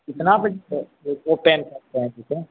कितने बजे से ऑपेन करते हैं दुकान